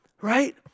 right